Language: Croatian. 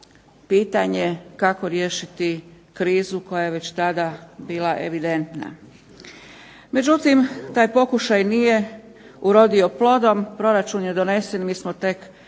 pitanje kako riješiti krizu koja je već tada bila evidentna. Međutim, taj pokušaj nije urodio plodom. Proračun je donesen, mi smo tek nakon